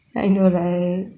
I know right